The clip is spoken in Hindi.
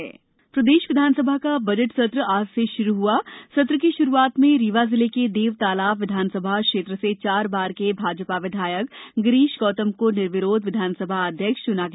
विधानसभा सत्र प्रदेश विधानसभा का बजट सत्र आज से श्रू हुआसत्र की श्रुआत में रीवा जिले के देवतालाब विधानसभा क्षेत्र से चार बार के भाजपा विधायक गिरीश गौतम को निर्विरोध विधानसभा अध्यक्ष च्ना गया